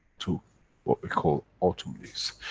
to what we call, autumn leaves.